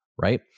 Right